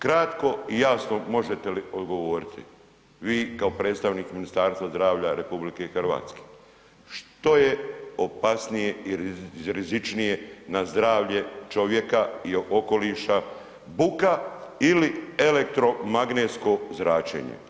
Kratko i jasno možete li odgovoriti vi kao predstavnik Ministarstva zdravlja RH, što je opasnije i rizičnije na zdravlje čovjeka i okoliša, buka ili elektromagnetsko zračenje?